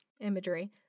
imagery